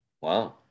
Wow